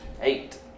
eight